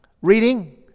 reading